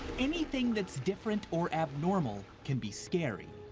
anything that's different or abnormal can be scary.